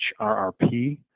HRRP